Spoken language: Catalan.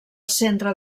centre